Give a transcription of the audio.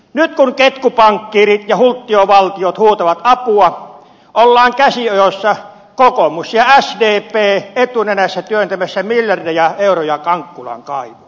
nyt kun ketkupankkiirit ja hulttiovaltiot huutavat apua ollaan käsi ojossa kokoomus ja sdp etunenässä työntämässä miljardeja euroja kankkulan kaivoon